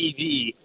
TV